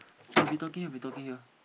I'll be talking out be talking out